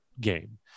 game